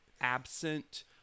absent